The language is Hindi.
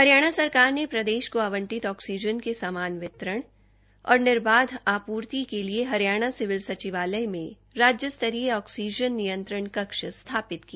हरियाणा सरकार ने प्रदेश को आवंटित ऑक्सीजन के समान वितरण और निर्बाध आपूर्ति के लिए हरियाणा सिविल सचिवालय में राज्य स्तरीय आक्सीजन नियंत्रण कक्ष स्थापित किया